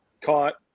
caught